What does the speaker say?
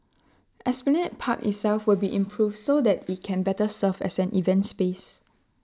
esplanade park itself will be improved so that IT can better serve as an event space